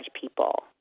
people